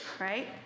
right